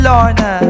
Lorna